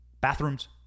bathrooms